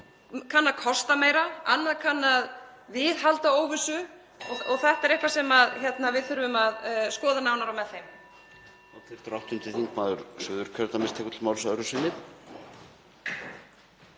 kann að kosta meira, annað kann að viðhalda óvissu. (Forseti hringir.) Þetta er eitthvað sem við þurfum að skoða nánar og með þeim.